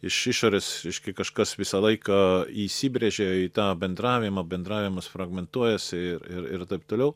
iš išorės reiškia kažkas visą laiką įsibrėžia į tą bendravimą bendravimas fragmentuojasi ir ir taip toliau